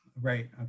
right